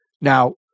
Now